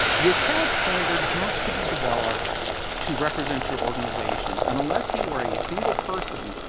your cad standard has to be developed to represent your organization. and unless you are a single person,